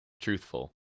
truthful